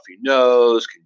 nose